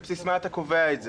על בסיס מה אתה קובע את זה?